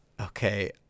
Okay